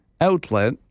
outlet